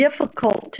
difficult